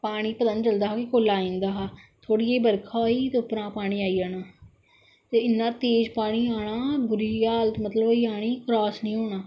पानी पता नेईं चलदा हा कुसलै आई जंदा हा थोह्ड़ी जेही बर्खा होई ते उपरा पानी आई जाना ते पानी आना बुरी हालत मतलब होई जानी क्रास नेईं होना